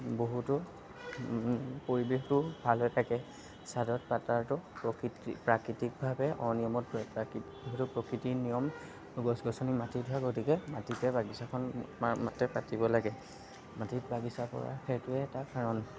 বহুতো পৰিবেশটো ভালে থাকে ছাদত পতাৰটো প্ৰকৃতি প্ৰাকৃতিকভাৱে অনিয়মত পৰে প্ৰাকৃতিক যিহেতু প্ৰকৃতিৰ নিয়ম গছ গছনি মাটিত হয় গতিকে মাটিতে বাগিচাখন মানে পাতিব লাগে মাটিত বাগিচা কৰা সেইটোৱে এটা কাৰণ